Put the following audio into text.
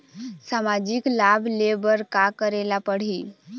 सामाजिक लाभ ले बर का करे ला पड़ही?